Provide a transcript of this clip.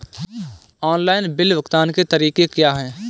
Online bill भुगतान के तरीके क्या हैं?